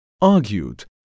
argued